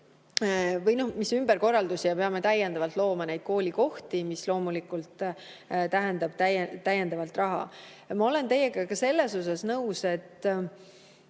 Või mis ümberkorraldusi, me peame täiendavalt looma koolikohti, mis loomulikult tähendab täiendavat raha. Ma olen teiega ka selles nõus, et